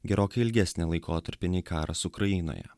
gerokai ilgesnį laikotarpį nei karas ukrainoje